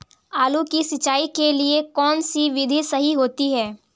आलू की सिंचाई के लिए कौन सी विधि सही होती है?